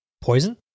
Poison